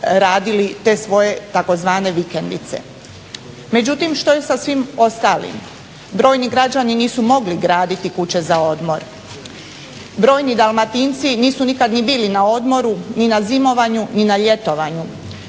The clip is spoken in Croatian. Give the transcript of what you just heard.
raditi te svoje tzv. vikendice. Međutim što je sa svim ostalim. Brojni građani nisu mogli graditi kuće za odmor. Brojni Dalmatinci nisu nikad ni bili na odmoru ni na zimovanju ni na ljetovanju.